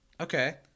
Okay